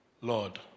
Lord